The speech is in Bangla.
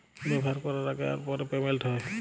ব্যাভার ক্যরার আগে আর পরে পেমেল্ট হ্যয়